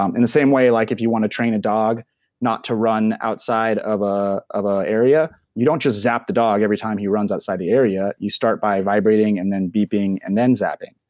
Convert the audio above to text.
um in the same way like if you want to train a dog not to run outside of ah a ah area, you don't just zap the dog every time he runs outside the area. you start by vibrating and then beeping and then zapping.